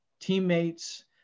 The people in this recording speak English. teammates